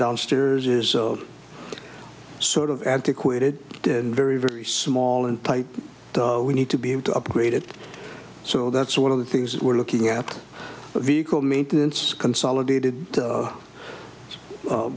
downstairs is sort of antiquated and very very small and tight we need to be able to upgrade it so that's one of the things that we're looking at the vehicle maintenance consolidated